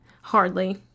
Hardly